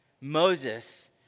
Moses